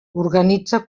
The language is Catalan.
organitza